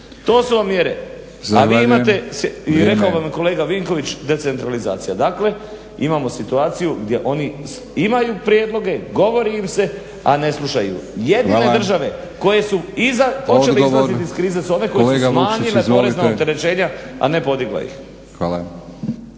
To su vam mjere, a vi imate i rekao vam je kolega Vinković decentralizacija dakle. Imamo situaciju gdje oni imaju prijedloge, govori im se a ne slušaju. Jedine države koje su počele izlaziti iz krize su one koje su smanjile porezna opterećenja a ne podigla ih.